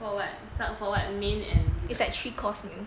for what main and dessert